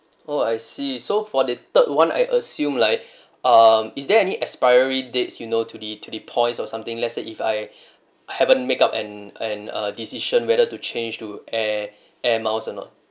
oh I see so for the third [one] I assume like um is there any expiry dates you know to the to the points or something let's say if I haven't make up and and uh decision whether to change to air air miles or not